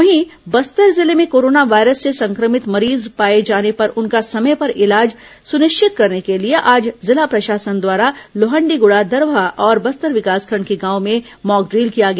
वहीं बस्तर जिले में कोरोना वायरस से संक्रमित मरीज पाए जाने पर उनका समय पर इलाज सुनिश्चित करने के लिए आज जिला प्रशासन द्वारा लोहंडीगुड़ा दरमा और बस्तर विकासखंड के गांवों में मॉकड़िल किया गया